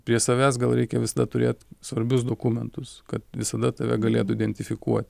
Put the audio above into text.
prie savęs gal reikia visada turėt svarbius dokumentus kad visada tave galėtų identifikuot